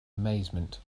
amazement